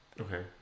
Okay